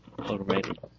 already